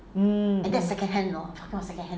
mmhmm